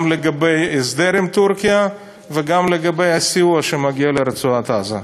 גם לגבי ההסדר עם טורקיה וגם לגבי הסיוע שמגיע לרצועת-עזה.